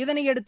இதனையடுத்து